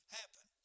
happen